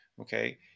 okay